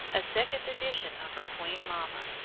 a second edition of her queen mamma,